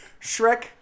Shrek